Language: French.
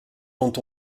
dont